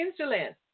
insulin